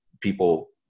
people